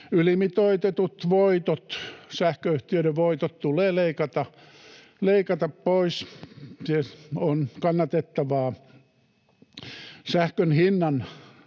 Ylimitoitetut sähköyhtiöiden voitot tulee leikata pois. Se on kannatettavaa. Sähkön hinnan